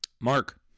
Mark